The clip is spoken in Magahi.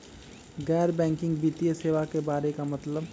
गैर बैंकिंग वित्तीय सेवाए के बारे का मतलब?